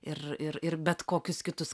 ir ir ir bet kokius kitus